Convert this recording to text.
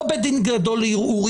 לא בית דין גדול לערעורים,